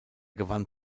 gewann